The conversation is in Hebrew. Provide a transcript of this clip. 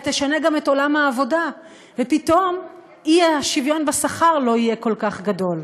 תשנה גם את עולם העבודה ופתאום האי-שוויון בשכר לא יהיה כל כך גדול.